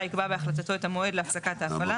יקבע בהחלטתו את המועד להפסקת ההפעלה